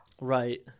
right